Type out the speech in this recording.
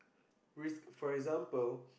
with for example